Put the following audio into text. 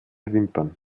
wimpern